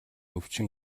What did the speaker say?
өвчин